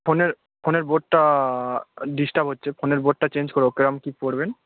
ফোনের ফোনের বোর্ডটা ডিস্টার্ব হচ্ছে ফোনের বোর্ডটা চেঞ্জ করবো কেরম কী পড়বেন